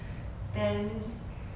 then